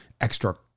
extra